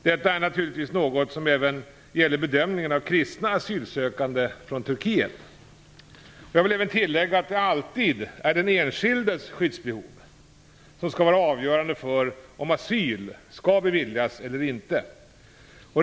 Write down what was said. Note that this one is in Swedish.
Detta är naturligtvis något som även gäller bedömningen av kristna asylsökande från Jag vill även tillägga att det alltid är den enskildes skyddsbehov som skall vara avgörande för om asyl skall beviljas eller inte.